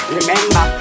Remember